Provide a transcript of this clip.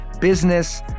business